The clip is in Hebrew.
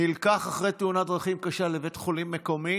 הוא נלקח אחרי תאונת דרכים קשה לבית חולים מקומי,